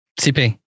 CP